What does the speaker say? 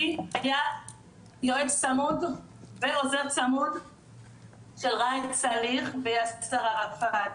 היה הייתה יועץ צמוד ועוזר צמוד של ריאן סאליח ויאסר ערפאת,